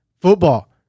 Football